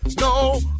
no